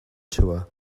tour